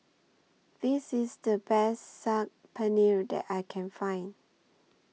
This IS The Best Saag Paneer that I Can Find